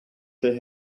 they